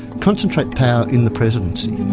concentrate power in the presidency.